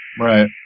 Right